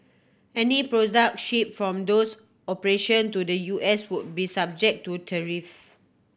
any products shipped from those operation to the U S would be subject to tariff